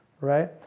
right